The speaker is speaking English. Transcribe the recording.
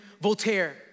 Voltaire